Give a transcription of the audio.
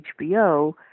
HBO